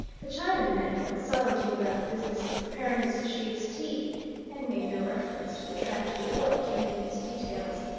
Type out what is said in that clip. the chinaman went silently about the business of preparing his chief's tea and made no reference to the tragedy or to any of its details.